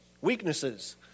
weaknesses